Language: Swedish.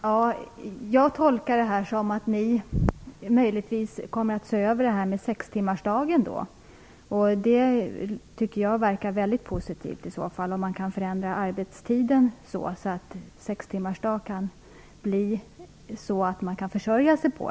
Herr talman! Jag tolkar detta som att ni möjligtvis kommer att se över detta med sextimmarsdagen. Det tycker jag verkar positivt, om vi kan förändra arbetstiden så att sextimmarsdag blir någonting man kan försörja sig på.